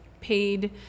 paid